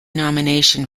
nomination